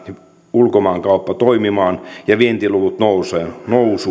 ulkomaankauppa toimimaan ja vientiluvut nousuun